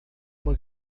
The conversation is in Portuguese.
uma